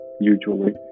usually